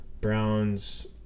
Browns